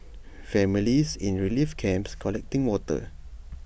families in relief camps collecting water